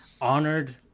Honored